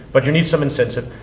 but, you need some incentive.